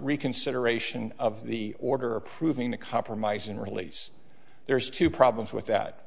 reconsideration of the order approving the compromise and release there's two problems with that